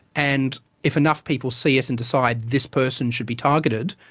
and if enough people see it and decide this person should be targeted,